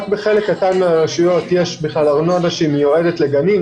רק בחלק קטן מהרשויות יש ארנונה שהיא מיועדת לגנים.